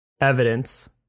evidence